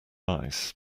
advice